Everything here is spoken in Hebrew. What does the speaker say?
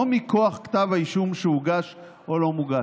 לא מכוח כתב האישום שהוגש או לא הוגש.